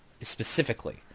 specifically